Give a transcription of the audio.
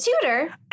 tutor